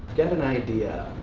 got an idea.